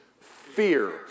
fear